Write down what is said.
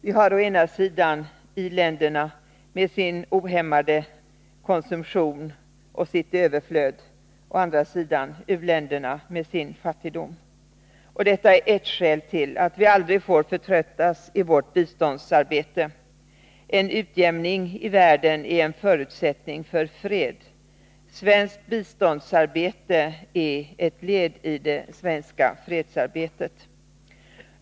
Vi har å ena sidan i-länderna med sin ohämmade konsumtion och sitt överflöd. Å andra sidan har vi u-länderna med sin fattigdom. Detta är ert skäl till att vi aldrig får förtröttas i vårt biståndsarbete. En utjämning i världen är en förutsättning för fred. Svenskt biståndsarbete är ett led i det svenska fredsarbetet.